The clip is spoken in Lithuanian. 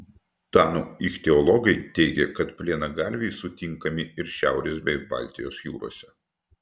danų ichtiologai teigia kad plienagalviai sutinkami ir šiaurės bei baltijos jūrose